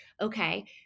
Okay